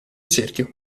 cerchio